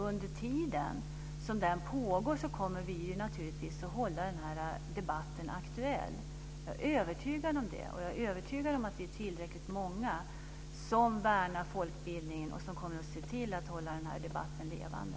Under tiden som den pågår kommer vi naturligtvis att hålla debatten aktuell. Jag är övertygad om det. Jag är också övertygad om att vi är tillräckligt många som värnar folkbildningen och som kommer att se till att hålla debatten levande.